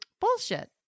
Bullshit